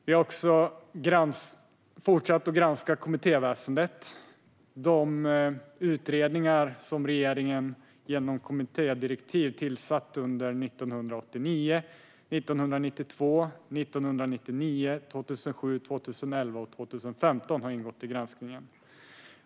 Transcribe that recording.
Vi har också fortsatt att granska kommittéväsendet. De utredningar som regeringen genom kommittédirektiv tillsatte under 1989, 1992, 1999, 2007, 2011 och 2015 har ingått i granskningen.